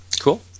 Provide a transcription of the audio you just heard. Cool